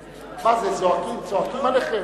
זועקים, צועקים עליכם?